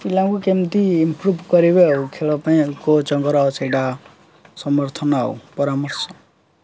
ପିଲାଙ୍କୁ କେମିତି ଇମ୍ପ୍ରୁଭ୍ କରିବେ ଆଉ ଖେଳ ପାଇଁ ଆଉ କୋଚ୍ ଙ୍କର ଆଉ ସେଇଟା ସମର୍ଥନ ଆଉ ପରାମର୍ଶ